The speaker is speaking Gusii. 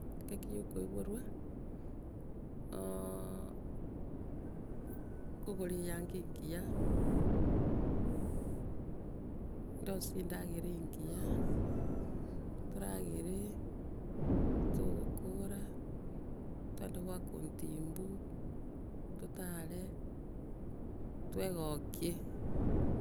Ekeki yokoiborwa, nkogora eyanga engiya ndosie endagera engiya, toragere, togokoora, togende goaka ontimbu, totare, twegokie.